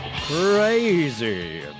Crazy